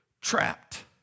trapped